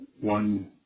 one